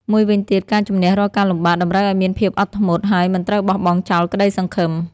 មួយវិញទៀត ការជម្នះរាល់ការលំបាក តម្រូវឲ្យមានភាពអត់ធ្មត់ ហើយមិនត្រូវបោះបង់ចោលក្តីសង្ឃឹម។